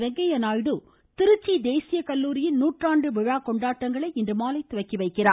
வெங்கைய்ய நாயுடு திருச்சி தேசிய கல்லூரியின் நூற்றாண்டு விழா கொண்டாட்டங்களை இன்றுமாலை துவக்கி வைக்கிறார்